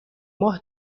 ماه